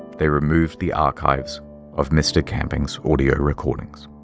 they removed the archives of mr. camping's audio recordings.